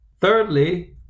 Thirdly